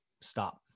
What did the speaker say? stop